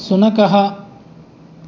शुनकः